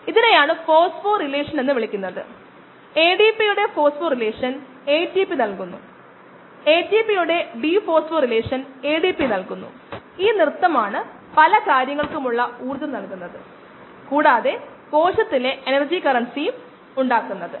ഇത് ഒരു സെൽ സസ്പെൻഷനായിരിക്കുമോ ഒരു സെൻട്രിഫ്യൂജ് ഉപയോഗിച്ച് നിങ്ങൾ അത് താഴേക്ക് സ്പിൻ ചെയ്യുന്നുവെന്ന് നിങ്ങൾക്കറിയാം കൂടാതെ കോശങ്ങൾ ഈ വോളിയം ഇവിടെ കൈവരിക്കാൻ പോകുന്നു ആകെ വോളിയം ഇതാണ്